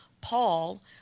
Paul